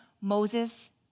moses